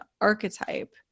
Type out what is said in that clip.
archetype